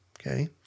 okay